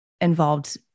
involved